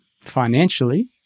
financially